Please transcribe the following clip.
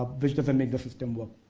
which doesn't make the system work.